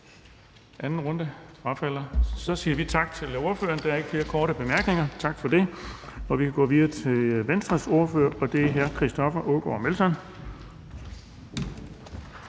(Erling Bonnesen): Så siger vi tak til ordføreren. Der er ikke flere korte bemærkninger. Vi kan gå videre til Venstres ordfører, og det er hr. Christoffer Aagaard Melson.